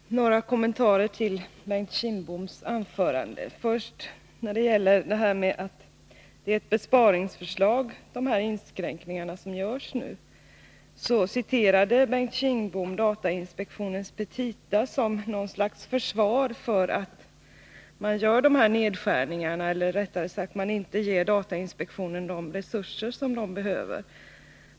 Herr talman! Jag vill göra några kommentarer till Bengt Kindboms anförande. När det först gäller de inskränkningar som nu görs sade han att det var ett besparingsförslag, och han citerade datainspektionens petita som något slags försvar för att dessa nedskärningar görs, eller rättare sagt för att datainspektionen inte ges de resurser man behöver.